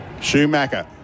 Schumacher